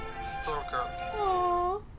stalker